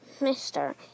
mister